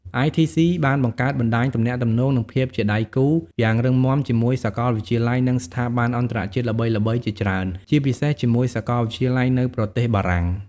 ITC បានបង្កើតបណ្តាញទំនាក់ទំនង និងភាពជាដៃគូយ៉ាងរឹងមាំជាមួយសាកលវិទ្យាល័យ និងស្ថាប័នអន្តរជាតិល្បីៗជាច្រើន ជាពិសេសជាមួយសាកលវិទ្យាល័យនៅប្រទេសបារាំង។